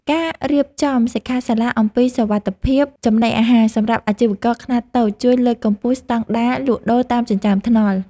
ការរៀបចំសិក្ខាសាលាអំពីសុវត្ថិភាពចំណីអាហារសម្រាប់អាជីវករខ្នាតតូច ជួយលើកកម្ពស់ស្តង់ដារលក់ដូរតាមចិញ្ចើមថ្នល់។